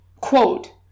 Quote